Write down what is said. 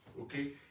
Okay